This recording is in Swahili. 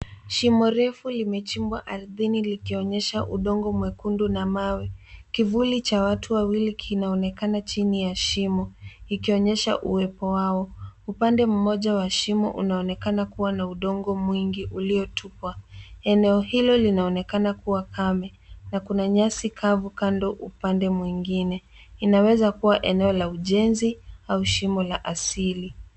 Shimo refu limechimbwa ardhini likionyesha udongo mwekundu na mawe. Kivuli cha watu wawili kinaonekana chini ya shimo, ikionyesha uwepo wao. Upande mmoja wa shimo unaonekana kuwa na udongo mwingi uliotupwa. Eneo hilo linaonekana kuwa kame na kuna nyasi kavu kando upande mwingine. Inaweza kuwa eneo la ujenzi au shimo la asili.